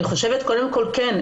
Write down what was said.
קודם כל לדעתי כן.